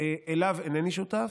לו אינני שותף,